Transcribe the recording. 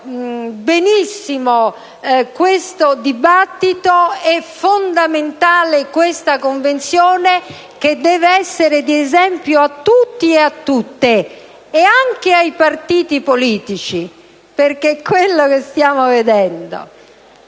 benissimo questo dibattito. È fondamentale questa Convenzione, che deve essere di esempio a tutti e a tutte, e anche ai partiti politici, perché quello che stiamo vedendo